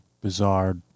bizarre